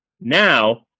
Now